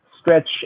stretch